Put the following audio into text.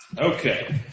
Okay